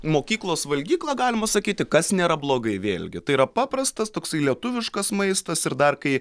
mokyklos valgyklą galima sakyti kas nėra blogai vėlgi tai yra paprastas toksai lietuviškas maistas ir dar kai